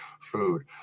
food